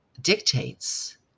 dictates